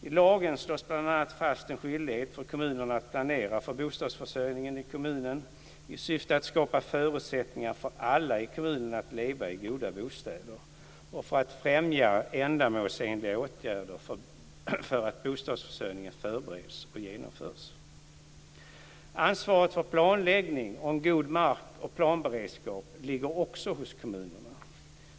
I lagen slås bl.a. fast en skyldighet för kommunerna att planera för bostadsförsörjningen i kommunen i syfte att skapa förutsättningar för alla i kommunen att leva i goda bostäder och för att främja att ändamålsenliga åtgärder för att bostadsförsörjningen förbereds och genomförs. Ansvaret för planläggning och en god mark och planberedskap ligger också hos kommunerna.